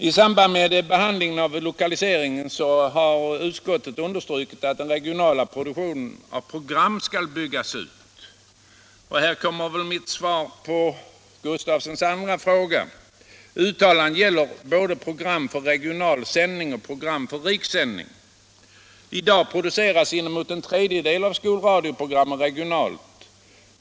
I samband med behandlingen av lokaliseringsfrågan har utskottet understrukit att den regionala produktionen av program skall byggas ut. Här kommer mitt svar på Lars Gustafssons andra fråga. Uttalandet gäller både för regional sändning och för rikssändning. I dag produceras inemot en tredjedel av skolradioprogrammen regionalt.